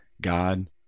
God